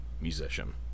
musician